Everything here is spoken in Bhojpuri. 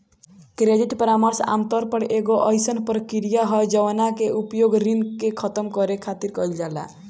क्रेडिट परामर्श आमतौर पर एगो अयीसन प्रक्रिया ह जवना के उपयोग ऋण के खतम करे खातिर कईल जाला